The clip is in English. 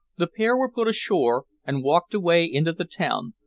the pair were put ashore, and walked away into the town,